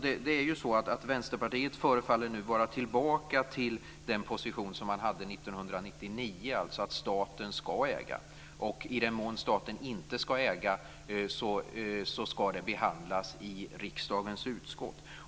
Vänsterpartiet förefaller nu vara tillbaka vid den position som man hade 1999, alltså att staten ska äga. Och i den mån staten inte ska äga ska det behandlas i riksdagens utskott.